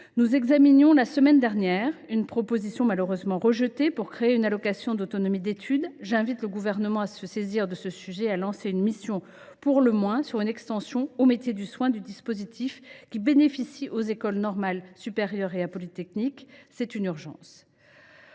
Nous examinions la semaine dernière une proposition, malheureusement rejetée, visant à créer une allocation d’autonomie d’études. J’invite le Gouvernement à se saisir de ce sujet et à lancer, au moins, une mission sur une extension aux métiers du soin du dispositif dont bénéficient les écoles normales supérieures et l’École polytechnique. C’est une urgence.